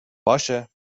باشه